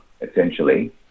essentially